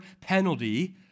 penalty